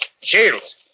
Shields